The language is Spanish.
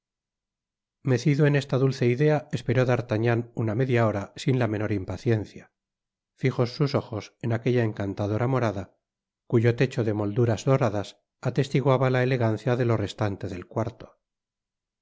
mecido en esta dulce idea esperó d'artagnan usa media hora sin la menor impaciencia fijos sus ojos en aquella encantadora morada cuyo techo de molduras doradas atestiguaba la elegancia de a restante del cuarto